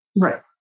Right